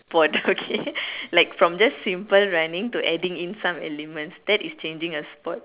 sport okay like from just simple running to adding in some elements that is changing a sport